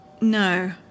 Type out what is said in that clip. No